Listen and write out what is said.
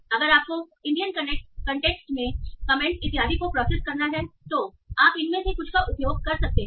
और अगर आपको इंडियन कनटेक्स्ट में कमेंट्स इत्यादि को प्रोसेस करना है तो आप इनमें से कुछ का उपयोग कर सकते हैं